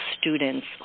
students